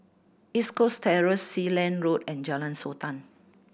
East Coast Terrace Sealand Road and Jalan Sultan